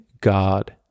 God